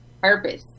Purpose